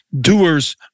doer's